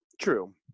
true